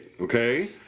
Okay